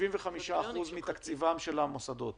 75% מתקציבם של המוסדות